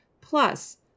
plus